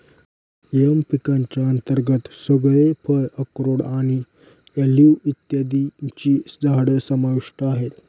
M पिकांच्या अंतर्गत सगळे फळ, अक्रोड आणि ऑलिव्ह इत्यादींची झाडं समाविष्ट आहेत